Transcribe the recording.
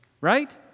right